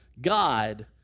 God